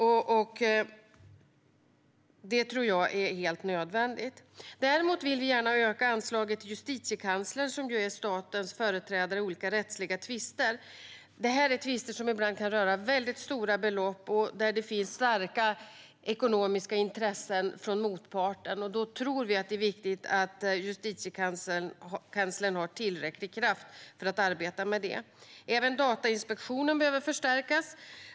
Det tror jag är helt nödvändigt. Däremot vill vi gärna öka anslaget till Justitiekanslern, som är statens företrädare i olika rättsliga tvister. Dessa tvister kan ibland röra väldigt stora belopp, och det kan finnas starka ekonomiska intressen hos motparten. Då tror vi att det är viktigt att Justitiekanslern har tillräcklig kraft för att arbeta med det. Även Datainspektionen behöver förstärkas.